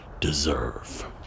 deserve